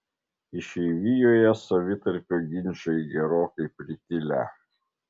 išeivijoje savitarpio ginčai gerokai pritilę